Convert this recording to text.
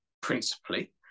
principally